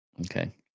Okay